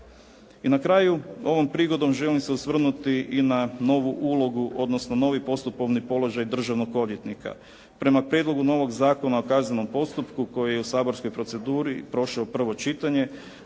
I na kraju, ovom prigodom želim se osvrnuti i na novu ulogu odnosno novi postupovni položaj državnog odvjetnika. Prema Prijedlogu novog Zakona o kaznenom postupku koji je u saborskoj proceduri prošao prvo čitanje